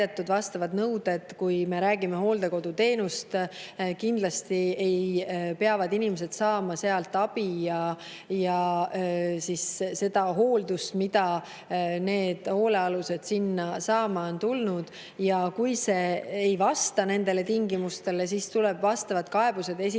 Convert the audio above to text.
vastavad nõuded. Kui me räägime hooldekoduteenusest, siis kindlasti peavad inimesed saama sealt abi ja seda hooldust, mida need hoolealused on sinna saama tulnud. Kui see ei vasta nendele tingimustele, siis tuleb vastavad kaebused esitada